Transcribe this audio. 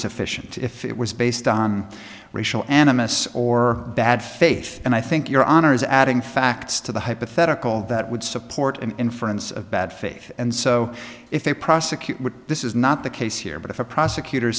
sufficient if it was based on racial animus or bad faith and i think your honor is adding facts to the hypothetical that would support an inference of bad faith and so if they prosecute this is not the case here but if a prosecutor